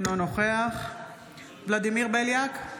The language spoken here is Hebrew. אינו נוכח ולדימיר בליאק,